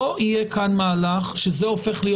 שלא יהיה כאן מהלך שזה הופך להיות